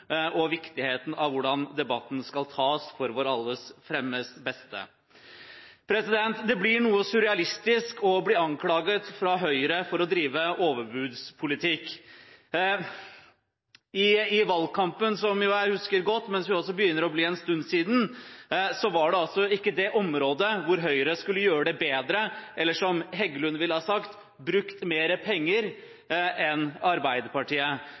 og viktigheten av hvordan debatten skal tas til vårt alles beste. Det er noe surrealistisk over å bli anklaget av Høyre for å drive overbudspolitikk. I valgkampen, som jeg jo husker godt, men som også begynner å bli en stund siden, var det altså ikke det området hvor Høyre skulle gjøre det bedre – eller som Heggelund ville ha sagt: ha brukt mer penger – enn Arbeiderpartiet.